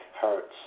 hurts